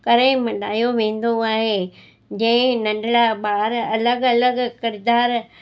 करे मनायों वेंदो आहे जंहिं नंढिड़ा ॿार अलॻि अलॻि किरदारु